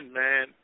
man